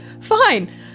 fine